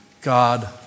God